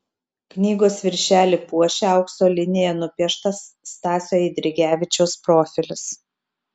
knygos viršelį puošia aukso linija nupieštas stasio eidrigevičiaus profilis